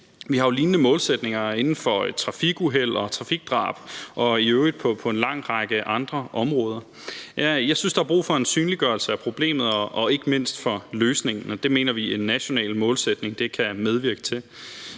Vi har jo lignende målsætninger inden for trafikuheld og trafikdrab og i øvrigt på en lang række andre områder. Jeg synes, at der er brug for en synliggørelse af problemet og ikke mindst af løsningen, og det mener vi en national målsætning kan medvirke til.